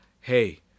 hey